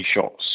shots